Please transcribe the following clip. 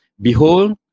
behold